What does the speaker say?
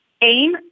aim